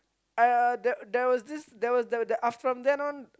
uh there there was this there there uh from then on